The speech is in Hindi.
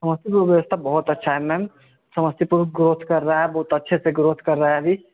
समस्तीपुर व्यवस्था बहौत अच्छा है मैम समस्तीपुर ग्रोथ कर रहा है बहुत अच्छे से ग्रोथ कर रहा है अभी